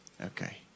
Okay